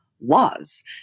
laws